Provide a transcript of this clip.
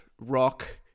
rock